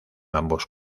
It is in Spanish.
ambos